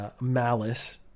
malice